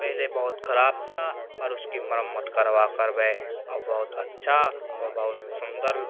पहले बहुत ख़राब था पर उसकी मरम्मत करवा कर वह अब बहुत अच्छा और बहुत सुंदर